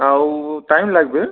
তাও টাইম লাগবে